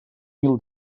mil